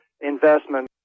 investment